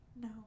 No